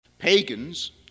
Pagans